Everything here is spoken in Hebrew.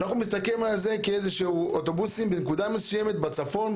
אנחנו מסכלים על זה כעל אוטובוסים בנקודה מסוימת בצפון,